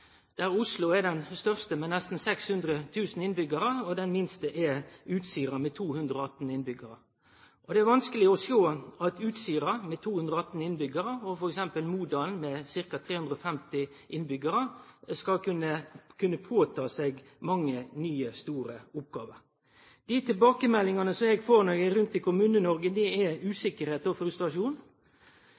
der Oslo er den største med nesten 600 000 innbyggjarar, og Utsira den minste med 218 innbyggjarar. Det er vanskeleg å sjå at Utsira med 218 innbyggjarar og f.eks. Modalen med ca. 350 innbyggjarar skal kunne ta på seg mange nye, store oppgåver. Dei tilbakemeldingane eg har fått når eg har vore rundt i Kommune-Noreg, er uvisse og frustrasjon.